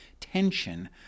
tension